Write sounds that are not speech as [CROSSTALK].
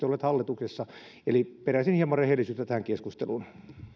[UNINTELLIGIBLE] olleet hallituksessa eli peräisin hieman rehellisyyttä tähän keskusteluun